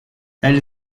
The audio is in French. elle